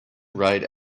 ride